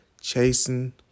chasing